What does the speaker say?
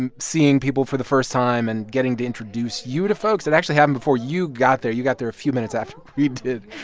and seeing people for the first time and getting to introduce you to folks it actually happened before you got there. you got there a few minutes after we did.